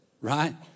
right